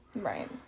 Right